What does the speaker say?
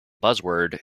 buzzword